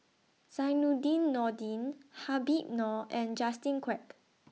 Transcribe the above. Zainudin Nordin Habib Noh and Justin Quek